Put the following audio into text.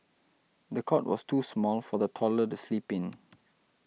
the cot was too small for the toddler sleep in